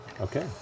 Okay